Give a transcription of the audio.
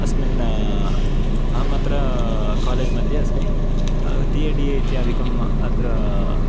अस्मिन् अहमत्र कालेज् मध्ये अस्मि टि ए डि ए इत्यादिकं अत्र